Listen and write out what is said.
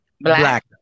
Black